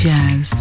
Jazz